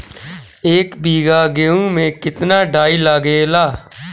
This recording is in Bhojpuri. एक बीगहा गेहूं में केतना डाई लागेला?